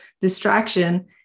distraction